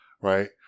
Right